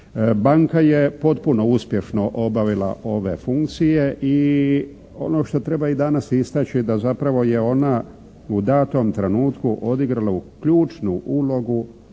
Banka je potpuno uspješno obavila ove funkcije i ono što treba i danas istaći da zapravo je ona u datom trenutku odigrala ključnu ulogu